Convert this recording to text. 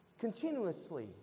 continuously